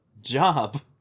job